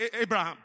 Abraham